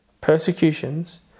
persecutions